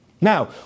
Now